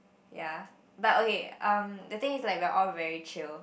ya but okay um the thing is like we are all very chill